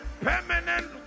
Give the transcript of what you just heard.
permanent